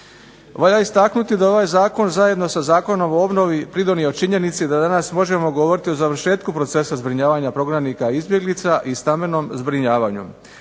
Valja istaknuti da ovaj zakon, zajedno sa Zakonom o obnovi pridonio činjenici da danas možemo govoriti o završetku procesa zbrinjavanja prognanika i izbjeglica i stambenom zbrinjavanju.